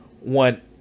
one